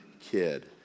kid